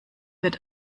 wird